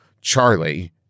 Charlie